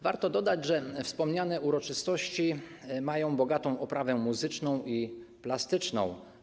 Warto dodać, że wspomniane uroczystości mają bogatą oprawę muzyczną i plastyczną.